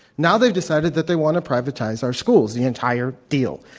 now, they've decided that they want to privatize our schools, the entire deal.